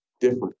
different